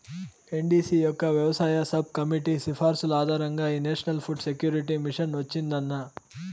NDC యొక్క వ్యవసాయ sub committee సిఫార్సుల ఆధారంగా ఈ నేషనల్ ఫుడ్ సెక్యూరిటీ మిషన్ వచ్చిందన్న